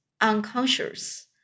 unconscious